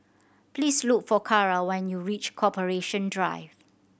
please look for Carra when you reach Corporation Drive